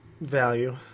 value